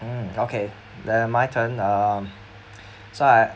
um okay then my turn um so I